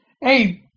Hey